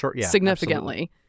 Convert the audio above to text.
significantly